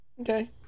Okay